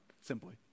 simply